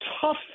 tough